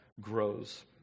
grows